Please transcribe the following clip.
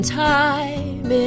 time